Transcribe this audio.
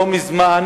לא מזמן